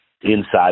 inside